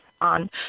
on